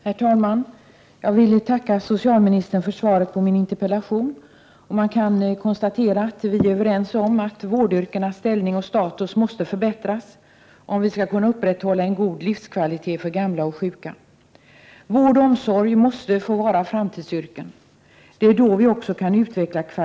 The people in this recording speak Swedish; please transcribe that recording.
Herr talman! Jag vill tacka socialministern för svaret på min interpellation. Jag konstaterar att vi är överens om att vårdyrkenas ställning och status måste förbättras, om en god livskvalitet för gamla och sjuka skall kunna upprätthållas. Vård och omsorg måste få vara framtidsyrken. Det är då kvaliteten kan utvecklas.